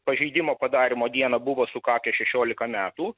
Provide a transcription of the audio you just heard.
pažeidimo padarymo dieną buvo sukakę šešiolika metų